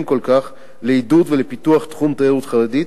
כל כך לעידוד ולפיתוח תחום התיירות החרדית,